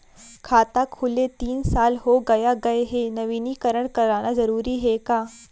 खाता खुले तीन साल हो गया गये हे नवीनीकरण कराना जरूरी हे का?